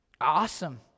Awesome